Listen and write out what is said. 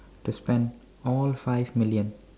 to spend all five million